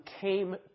came